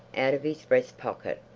out of his breast pocket,